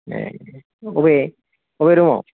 ए अबे अबे रूम आव